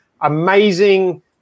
amazing